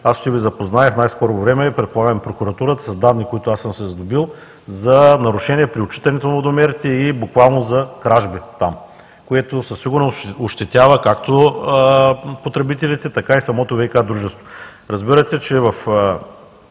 аз ще Ви запозная в най-скоро време и предполагам прокуратурата с данни, с които аз съм се сдобил за нарушение при отчитането на водомерите и буквално за кражбите там, което със сигурност ощетява както потребителите, така и самото ВиК дружество. Разбирате, че в